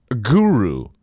guru